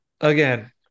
again